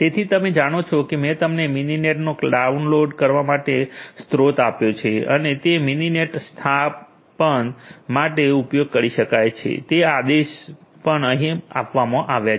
તેથી તમે જાણો છો કે મેં તમને મિનિનેટને ડાઉનલોડ કરવા માટે સ્રોત આપ્યું છે અને તે મીનીનેટ સ્થાપન ઇન્સ્ટોલેશન માટે ઉપયોગ કરી શકાય તે આદેશ સૂચના પણ અહીં આપવામાં આવ્યો છે